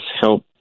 help